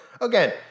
again